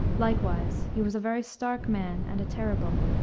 likewise he was a very stark man and a terrible,